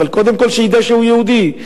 אבל קודם כול שידע שהוא יהודי,